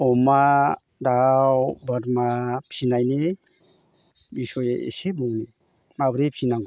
अमा दाव बोरमा फिनायनि बिसयै एसे बुंनि माबोरै फिसिनांगौ